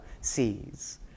sees